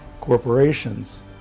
corporations